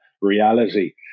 reality